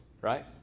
right